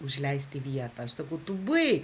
užleisti vietą aš sakau tu baik